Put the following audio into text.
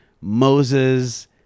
Moses-